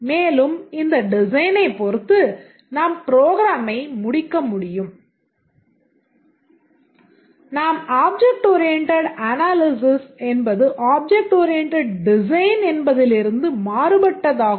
மேலும் இந்த டிசைனைப் பொறுத்து நாம் ப்ரோக்ராமை முடிக்க முடியும்